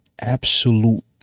absolute